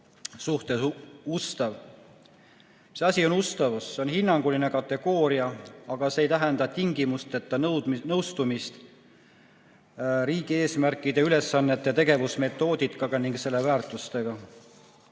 suhtes ustav. Mis asi on ustavus? See on hinnanguline kategooria, aga see ei tähenda tingimusteta nõustumist riigi eesmärkide, ülesannete ja tegevusmetoodikaga ning selle väärtustega.